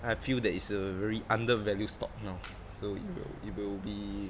I feel that is a very undervalue stock now so it will it will be